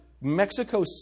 Mexico